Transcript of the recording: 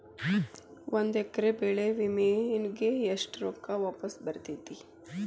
ಒಂದು ಎಕರೆ ಬೆಳೆ ವಿಮೆಗೆ ಎಷ್ಟ ರೊಕ್ಕ ವಾಪಸ್ ಬರತೇತಿ?